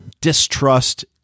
distrust